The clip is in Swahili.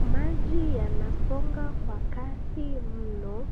Maji yanasonga kwa kasi mno,